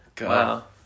wow